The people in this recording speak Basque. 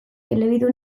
elebidun